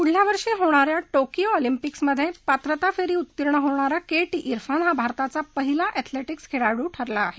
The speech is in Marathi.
पुढल्या वर्षी होणाऱ्या टोकिओ ऑलिम्पिकमधे पात्रता फेरी उत्तीर्ण होणारा के टी इरफान हा भारताचा पहिला अँथलेटिक्स खेळाडू ठरला आहे